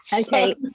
Okay